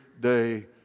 day